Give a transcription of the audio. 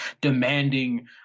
demanding